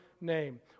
name